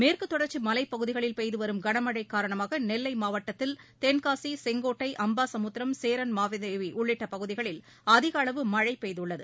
மேற்குதொடர்ச்சி மலைப் பகுதிகளில் பெய்துவரும் கனமழை காரணமாக நெல்லை மாவட்டத்தில் தென்காசி செய்கோட்டை அம்பாசமுத்திரம் சேரன்மாதேவி உள்ளிட்ட பகுதிகளில் அதிக அளவு மழை பெய்துள்ளது